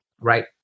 right